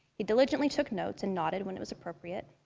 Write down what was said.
he diligently took notes and nodded when it was appropriate.